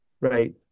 right